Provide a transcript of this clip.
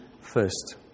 first